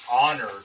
honor